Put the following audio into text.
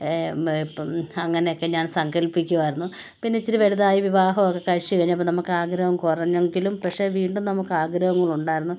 ഇപ്പം അങ്ങനെയൊക്കെ ഞാൻ സങ്കല്പിക്കുമായിരുന്നു പിന്നെ ഇച്ചിരി വലുതായി വിവാഹമൊക്കെ കഴിച്ച് കഴിഞ്ഞപ്പം നമുക്ക് ആഗ്രഹം കുറഞ്ഞെങ്കിലും പക്ഷേ വീണ്ടും നമുക്ക് ആഗ്രഹങ്ങളുണ്ടായിരുന്നു